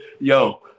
yo